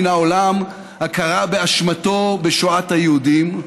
מן העולם הכרה באשמתו בשואת היהודים.